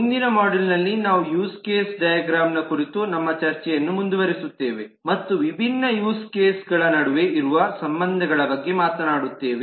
ಮುಂದಿನ ಮಾಡ್ಯೂಲ್ನಲ್ಲಿ ನಾವು ಯೂಸ್ ಕೇಸ್ ಡೈಗ್ರಾಮ್ನ ಕುರಿತು ನಮ್ಮ ಚರ್ಚೆಯನ್ನು ಮುಂದುವರಿಸುತ್ತೇವೆ ಮತ್ತು ವಿಭಿನ್ನ ಯೂಸ್ ಕೇಸಗಳ ನಡುವೆ ಇರುವ ಸಂಬಂಧಗಳ ಬಗ್ಗೆ ಮಾತನಾಡುತ್ತೇವೆ